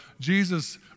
Jesus